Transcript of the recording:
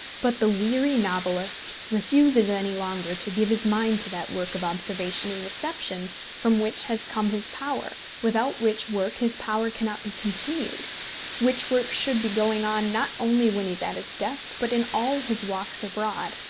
but the weary novelist refuses any longer to give his mind to that work of observation and reception from which has come his power, without which work his power cannot be continued which work should be going on not only when he is at his desk, but in all his walks abroad,